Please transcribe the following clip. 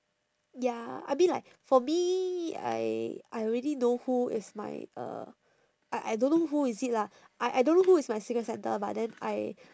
ya I mean like for me I I already know who is my uh I I don't know who is it lah I I don't know who is my secret santa but then I